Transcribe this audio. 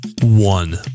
One